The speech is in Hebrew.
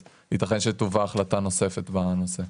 אז ייתכן שתובא החלטה נוספת בנושא.